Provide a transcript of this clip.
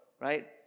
right